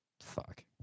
Fuck